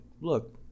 look